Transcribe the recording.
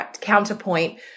counterpoint